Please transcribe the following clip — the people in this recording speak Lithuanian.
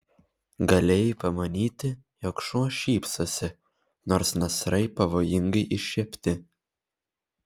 galėjai pamanyti jog šuo šypsosi nors nasrai pavojingai iššiepti